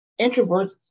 introverts